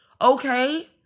okay